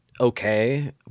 okay